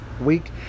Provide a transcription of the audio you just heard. week